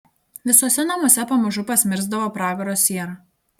visuose namuose pamažu pasmirsdavo pragaro siera